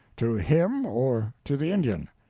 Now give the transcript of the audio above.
to him, or to the indian?